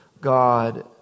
God